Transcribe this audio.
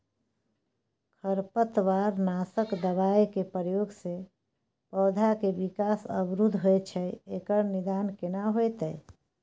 खरपतवार नासक दबाय के प्रयोग स पौधा के विकास अवरुध होय छैय एकर निदान केना होतय?